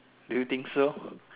do you think so